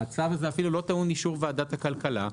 והצו הזה אפילו לא טעון אישור ועדת הכלכלה,